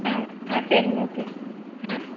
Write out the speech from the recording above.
ம் சரிங்க ஓகே ம்